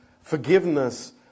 forgiveness